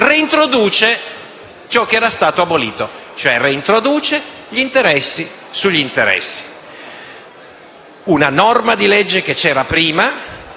reintroduce ciò che era stato abolito, ovvero gli interessi sugli interessi: una norma di legge che c'era prima,